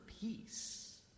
peace